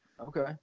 Okay